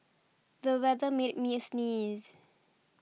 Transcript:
the weather made me sneeze